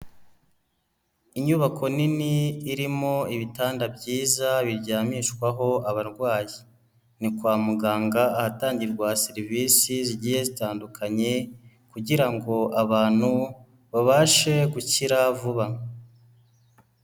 Inyubako nini, irimo ibitanda byiza biryamishwaho abarwayi. Ni kwa muganga, ahatangirwa serivisi zigiye zitandukanye kugira ngo abantu babashe gukira vuba.